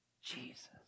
Jesus